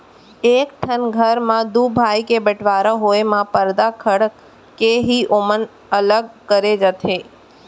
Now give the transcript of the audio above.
एक ठन घर म दू भाई के बँटवारा होय म परदा खंड़ के ही ओमन ल अलग करे जाथे